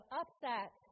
upset